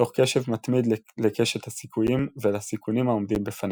תוך קשב מתמיד לקשת הסיכויים ולסיכונים העומדים בפניה.